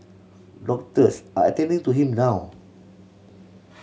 doctors are attending to him now